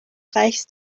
reichst